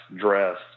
dressed